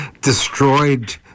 destroyed